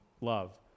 love